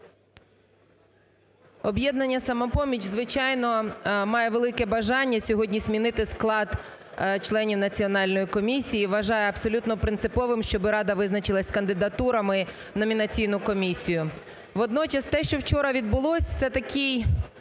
"Об'єднання "Самопоміч", звичайно, має велике бажання сьогодні змінити склад членів Національної комісії і вважає абсолютно принциповим, щоб Рада визначилась з кандидатурами у номінаційну комісію. Водночас те, що вчора відбулось, це такий